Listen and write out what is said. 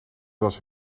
was